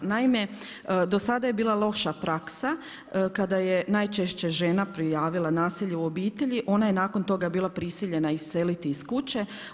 Naime, do sada je bila loša praksa, kada je najčešće žena prijavila nasilje u obitelji ona je nakon toga bila prisiljena iseliti iz kuće.